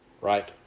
right